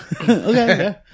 Okay